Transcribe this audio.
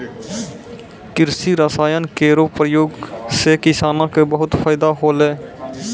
कृषि रसायन केरो प्रयोग सँ किसानो क बहुत फैदा होलै